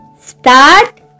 start